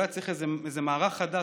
אולי צריך איזה מערך חדש,